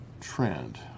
trend